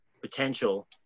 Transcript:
potential